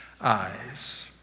eyes